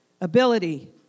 ability